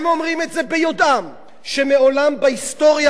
הם אומרים את זה ביודעם שמעולם בהיסטוריה